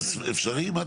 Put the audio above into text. אפשרי מטי?